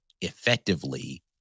effectively